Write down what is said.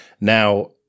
now